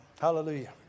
Hallelujah